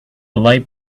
light